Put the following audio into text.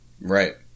Right